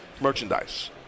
merchandise